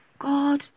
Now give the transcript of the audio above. God